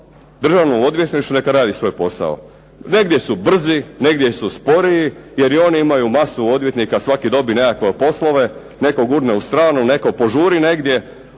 Državno odvjetništvo neka radi svoj posao. Negdje su brzi, negdje su sporiji, jer i oni imaju masu odvjetnika, svaki dobije nekakve poslove. Netko gurne u stranu, netko požuri negdje.